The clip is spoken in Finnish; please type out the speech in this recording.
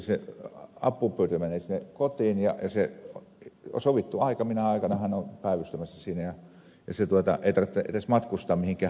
se avunpyyntö menee sinne kotiin ja on sovittu aika minä aikana hän on päivystämässä siinä ja sen ei tarvitse edes matkustaa mihinkään hätäkeskukseen töihin